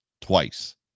Twice